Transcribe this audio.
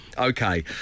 Okay